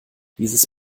dieses